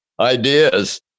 ideas